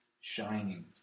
shining